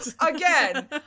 Again